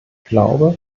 glaube